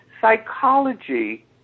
psychology